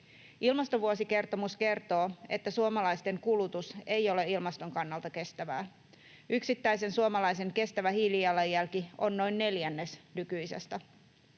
Ilmastovuosikertomus kertoo, että suomalaisten kulutus ei ole ilmaston kannalta kestävää. Yksittäisen suomalaisen kestävä hiilijalanjälki on noin neljännes nykyisestä.